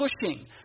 pushing